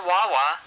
Wawa